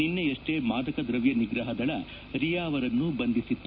ನಿನ್ನೆಯಷ್ಟೇ ಮಾದಕ ದ್ರವ್ಯ ನಿಗ್ರಹ ದಳ ರಿಯಾ ಅವರನ್ನು ಬಂಧಿಸಿತ್ತು